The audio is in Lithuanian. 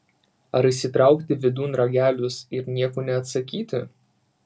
ar įsitraukti vidun ragelius ir nieko neatsakyti